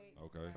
Okay